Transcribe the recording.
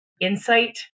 insight